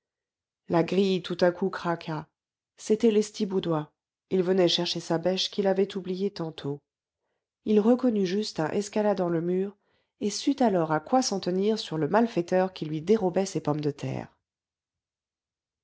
la grille tout à coup craqua c'était lestiboudois il venait chercher sa bêche qu'il avait oubliée tantôt il reconnut justin escaladant le mur et sut alors à quoi s'en tenir sur le malfaiteur qui lui dérobait ses pommes de terre